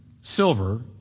silver